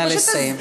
אני מבקשת לסיים.